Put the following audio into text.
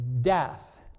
death